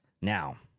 Now